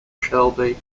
shelby